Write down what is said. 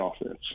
offense